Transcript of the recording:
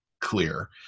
clear